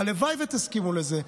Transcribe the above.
הלוואי שתסכימו לזה.